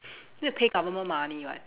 need to pay government money [what]